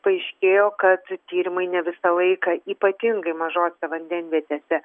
paaiškėjo kad tyrimai ne visą laiką ypatingai mažose vandenvietėse